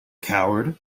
coward